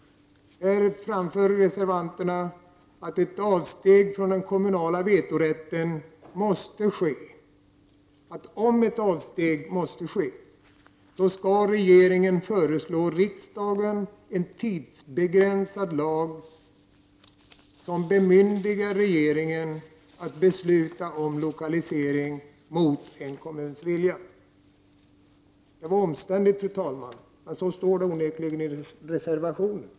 Reservanterna framför här att om avsteg från den kommunala vetorätten måste ske, skall regeringen föreslå riksdagen en tidsbegränsad lag, som bemyndigar regeringen att besluta om lokalisering mot en kommuns vilja.